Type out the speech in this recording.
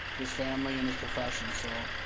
his family, and his profession, so,